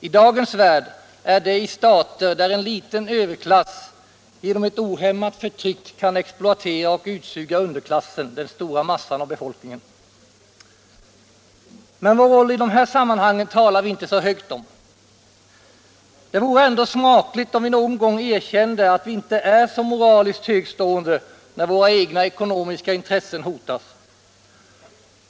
I dagens värld sker det i stater där en liten överklass genom ett ohämmat förtryck kan exploatera och utsuga underklassen, den stora massan av befolkningen. Men om vår roll i de här sammanhangen talar vi inte så högt. Det vore ändå smakligt om vi någon gång erkände att vi inte är så moraliskt högtstående när våra egna ekonomiska intressen hotas.